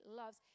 loves